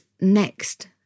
next